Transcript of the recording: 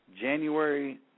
January